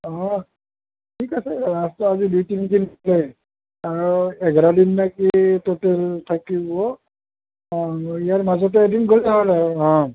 অঁ ঠিক আছে ৰাসতো আজি দুই তিনি দিন থাকেই আৰু এঘাৰ দিন নে কি টোটেল থাকিব অঁ ইয়াৰ মাজতে এদিন গ'লেই হ'ল আৰু অঁ